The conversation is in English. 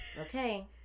Okay